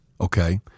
okay